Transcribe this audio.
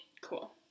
Cool